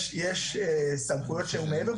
יש סמכויות שהן מעבר.